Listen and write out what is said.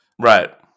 Right